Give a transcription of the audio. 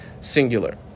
singular